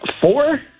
Four